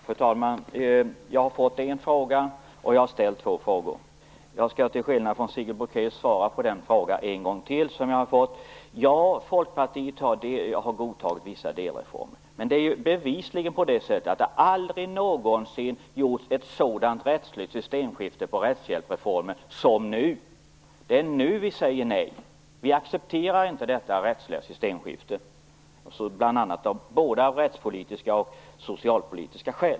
Fru talman! Jag har fått en fråga, och jag har ställt två. Jag skall till skillnad från Sigrid Bolkéus svara på den fråga jag har fått en gång till. Ja, Folkpartiet har godtagit vissa delreformer. Men det är bevisligen på det sättet att det aldrig någonsin har gjorts ett sådant rättsligt systemskifte i fråga om rättshjälpsreformen som nu. Det är nu vi säger nej. Vi accepterar inte detta rättsliga systemskifte av både rättspolitiska och socialpolitiska skäl.